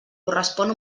correspon